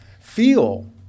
feel